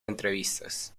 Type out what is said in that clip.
entrevistas